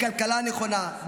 בכלכלה נכונה,